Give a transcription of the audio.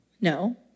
no